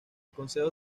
consejo